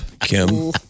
Kim